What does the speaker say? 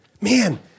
Man